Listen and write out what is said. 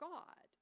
God